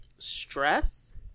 stress